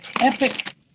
Epic